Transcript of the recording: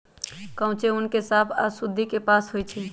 कांचे ऊन के साफ आऽ शुद्धि से पास होइ छइ